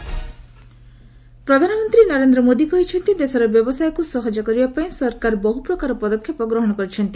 PM Uttarakhand ପ୍ରଧାନମନ୍ତ୍ରୀ ନରେନ୍ଦ୍ର ମୋଦି କହିଛନ୍ତି ଦେଶରେ ବ୍ୟବସାୟକୁ ସହଜ କରିବାପାଇଁ ସରକାର ବହ୍ରପ୍ରକାର ପଦକ୍ଷେପ ଗ୍ରହଣ କରିଛନ୍ତି